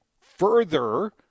further